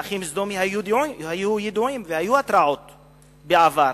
האחים סודמי היו ידועים, והיו התרעות בעבר,